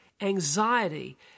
anxiety